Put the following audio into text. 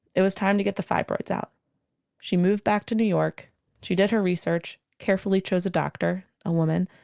it was time to get the fibroids out she moved back to new york she did her research and carefully chose a doctor, a woman.